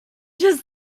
just